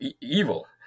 evil